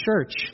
church